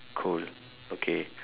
cool okay